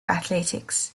athletics